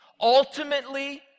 ultimately